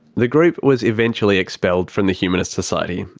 the group was eventually expelled from the humanist society.